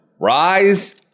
rise